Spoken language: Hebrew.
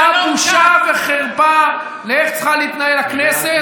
אתה בושה וחרפה לאיך צריכה להתנהל הכנסת.